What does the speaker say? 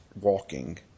walking